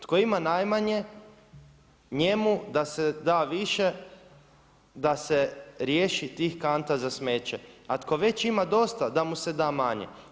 Tko ima najmanje njemu da se da više da se riješi tih kanti za smeće, a tko već ima dosta da mu se da manje.